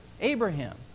Abraham